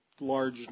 large